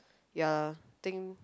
ya think